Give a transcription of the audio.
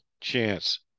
chance